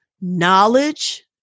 knowledge